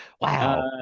wow